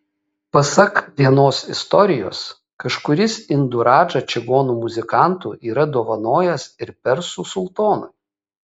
pasak vienos istorijos kažkuris indų radža čigonų muzikantų yra dovanojęs ir persų sultonui